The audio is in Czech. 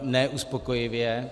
Ne uspokojivě.